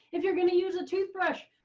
if you're going to use a toothbrush,